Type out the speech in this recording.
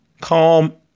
Calm